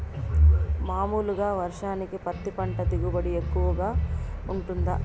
మామూలుగా వర్షానికి పత్తి పంట దిగుబడి ఎక్కువగా గా వుంటుందా?